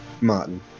Martin